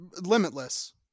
Limitless